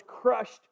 crushed